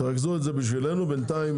תרכזו בשבילנו את זה.